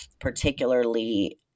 particularly